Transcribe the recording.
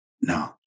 no